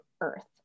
earth